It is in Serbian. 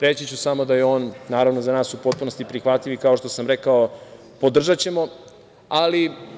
Reći ću samo da je on, naravno, za nas u potpunosti prihvatljiv i, kao što sam rekao, podržaćemo ga.